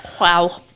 wow